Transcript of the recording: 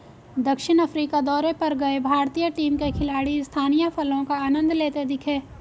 दक्षिण अफ्रीका दौरे पर गए भारतीय टीम के खिलाड़ी स्थानीय फलों का आनंद लेते दिखे